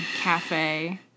Cafe